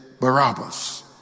Barabbas